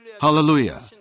Hallelujah